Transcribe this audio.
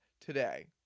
today